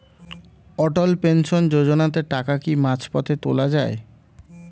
অটল pension যোজনাতে টাকা কি মাঝপথে তোলা যায়?